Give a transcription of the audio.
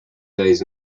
days